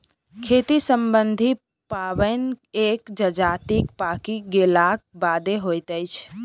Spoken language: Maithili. खेती सम्बन्धी पाबैन एक जजातिक पाकि गेलाक बादे होइत अछि